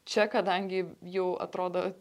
čia kadangi jau atrodo